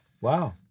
Wow